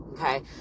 okay